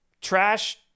Trash